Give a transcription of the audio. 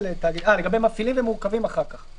גם לתאגידים זה לא נמצא.